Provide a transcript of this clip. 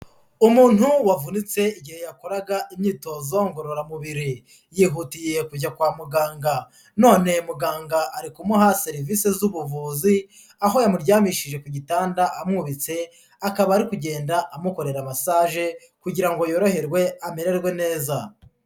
Umuntu wavunitse igihe yakoraga imyitozo ngororamubiri, yihutiye kujya kwa muganga, none muganga ari kumuha serivisi z'ubuvuzi, aho yamuryamishije ku gitanda amwubitse, akaba ari kugenda amukorera massage kugira ngo yorohererwe amererwe neza.